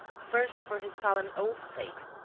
first for his solemn oath's sake,